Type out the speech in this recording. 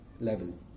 level